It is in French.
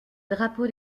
drapeau